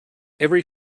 every